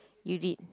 you did